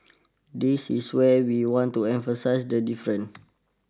this is where we want to emphasize the different